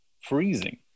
freezing